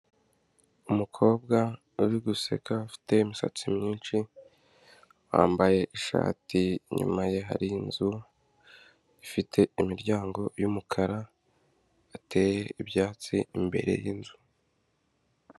Umukobwa uri guseka ufite imisatsi myinshi , wambaye ishati , inyuma ye hari inzu ifite imiryango y'umukara, hateye ibyatsi imbere y'inzu.